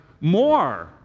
more